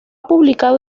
publicado